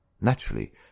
Naturally